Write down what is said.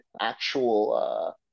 actual